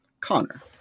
Connor